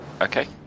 Okay